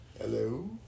Hello